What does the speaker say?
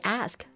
ask